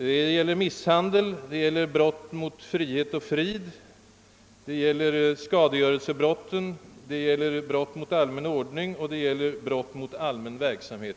Det gäller misshandel, brott mot frihet och frid, skadegörelsebrott, brott mot allmän ordning och brott mot allmän verksamhet.